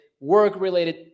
work-related